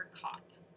caught